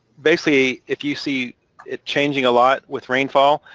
basically, if you see it changing a lot with rainfall,